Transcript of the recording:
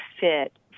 fit